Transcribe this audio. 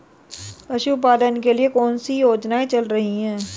पशुपालन के लिए कौन सी योजना चल रही है?